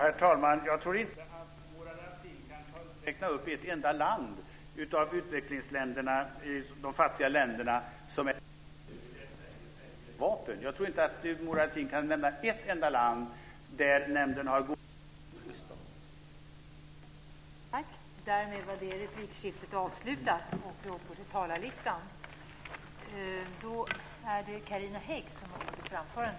Fru talman! Jag tror inte att Murad Artin kan räkna upp ett enda land bland de fattiga utvecklingsländerna dit Sverige säljer vapen. Jag tror inte att Murad Artin kan nämna ett enda land för vilket nämnden har givit sitt tillstånd.